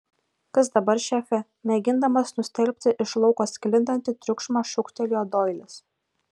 kas dabar šefe mėgindamas nustelbti iš lauko sklindantį triukšmą šūktelėjo doilis